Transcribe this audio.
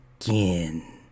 again